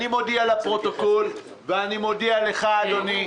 אני מודיע לפרוטוקול ואני מודיע לך אדוני: